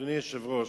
אדוני היושב-ראש,